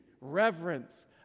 reverence